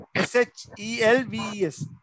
S-H-E-L-V-E-S